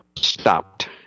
stopped